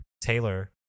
Taylor